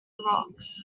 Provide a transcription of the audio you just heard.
rocks